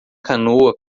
canoa